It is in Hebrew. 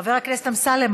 חבר הכנסת אמסלם,